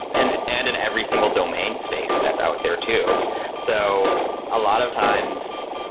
and and in every single domain space that's out there too so a lot of times,